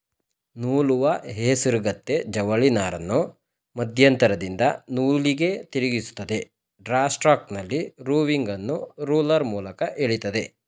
ನೂಲುವ ಹೇಸರಗತ್ತೆ ಜವಳಿನಾರನ್ನು ಮಧ್ಯಂತರದಿಂದ ನೂಲಿಗೆ ತಿರುಗಿಸ್ತದೆ ಡ್ರಾ ಸ್ಟ್ರೋಕ್ನಲ್ಲಿ ರೋವಿಂಗನ್ನು ರೋಲರ್ ಮೂಲಕ ಎಳಿತದೆ